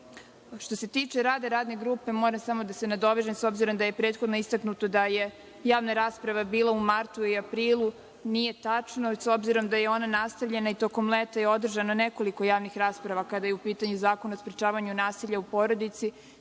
se tiče rada radne grupe, moram da se nadovežem s obzirom da je prethodno istaknuto da je javna rasprava bila u martu i aprilu, nije tačno. Ona je nastavljena tokom leta i održano je nekoliko javnih rasprava kada je u pitanju Zakon o sprečavanju nasilja u porodici,